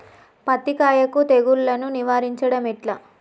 పత్తి కాయకు తెగుళ్లను నివారించడం ఎట్లా?